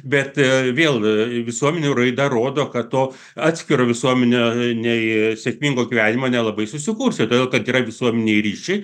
bet vėl visuomenių raida rodo kad to atskiro sėkmingo gyvenimo nelabai susikursi todėl kad yra visuomeniniai ryšiai ryšiai